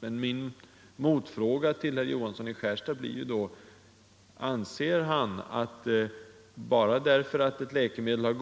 Men min motfråga till herr Johansson i Skärstad blir då: Anser han att bara därför att ett läkemedel har